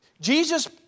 Jesus